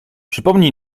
przypomnij